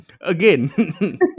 Again